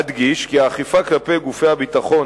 אדגיש כי האכיפה כלפי גופי הביטחון,